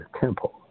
temple